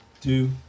Two